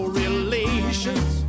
relations